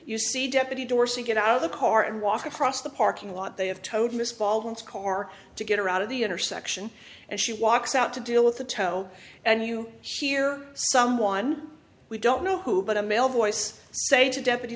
see deputy dorsey get out of the car and walk across the parking lot they have towed miss baldwin's car to get her out of the intersection and she walks out to deal with the tow and you shear someone we don't know who but a male voice say to deputy